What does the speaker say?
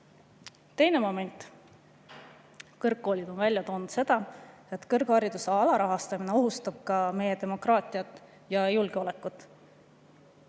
Teine moment: kõrgkoolid on välja toonud, et kõrghariduse alarahastamine ohustab ka meie demokraatiat ja julgeolekut.